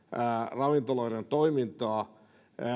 ravintoloiden toimintaa